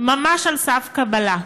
ממש על סף קבלה,